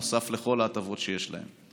נוסף לכל ההטבות שיש להם.